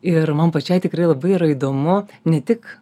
ir man pačiai tikrai labai yra įdomu ne tik